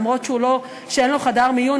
למרות שאין בו חדר מיון,